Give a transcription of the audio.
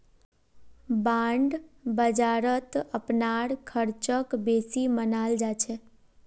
bond बाजारत अपनार ख़र्चक बेसी मनाल जा छेक